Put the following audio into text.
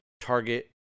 target